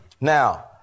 Now